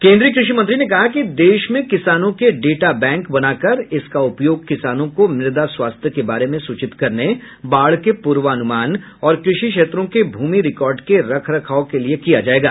केन्द्रीय कृषि मंत्री ने कहा कि देश में किसानों के डेटा बैंक बना कर इसका उपयोग किसानों को मृदा स्वास्थ्य के बारे में सूचित करने बाढ़ के पूर्वानुमान और कृषि क्षेत्रों के भूमि रिकॉर्ड के रखरखाव के लिए किया जाएगा